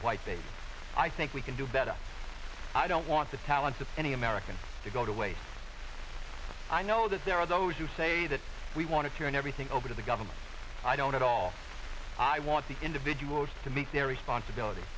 a white baby i think we can do better i don't want the talents of any american to go to wastes i know that there are those who say that we want to turn everything over to the governments i don't at all i want the individuals to meet their responsibilit